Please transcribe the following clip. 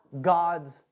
God's